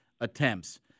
attempts